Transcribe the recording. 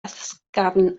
ysgafn